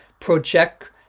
project